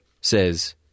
says